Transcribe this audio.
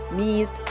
meet